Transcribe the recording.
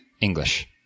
English